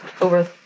over